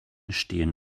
stehen